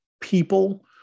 people